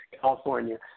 California